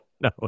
no